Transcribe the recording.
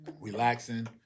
relaxing